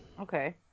Okay